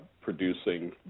producing